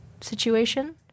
situation